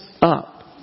up